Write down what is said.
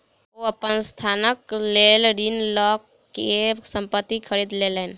ओ अपन संस्थानक लेल ऋण लअ के संपत्ति खरीद लेलैन